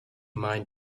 mind